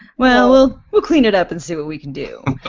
well, we'll clean it up and see what we can do.